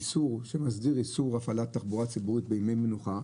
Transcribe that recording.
שמסדיר איסור הפעלת תחבורה ציבורית בימי מנוחה,